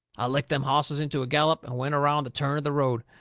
i licked them hosses into a gallop and went around the turn of the road.